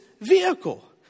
vehicle